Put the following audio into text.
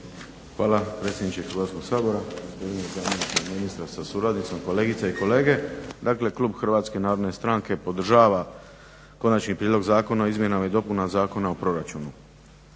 Hvala predsjedniče Hrvatskog sabora. Uvaženi zamjeniče ministra sa suradnicom, kolegice i kolege. Dakle klub HNS-a podržava Konačni prijedlog zakona o izmjenama i dopunama Zakona o proračunu.